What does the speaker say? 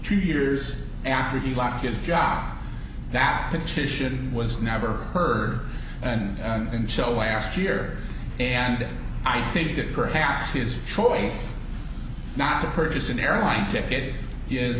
two years after he left his job that petition was never her and until last year and i think that perhaps his choice not to purchase an airline ticket